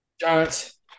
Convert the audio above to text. Giants